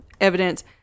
evidence